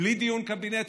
בלי דיון קבינט.